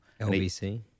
LBC